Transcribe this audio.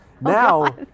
now